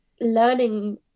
learning